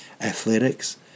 athletics